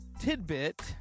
tidbit